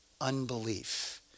unbelief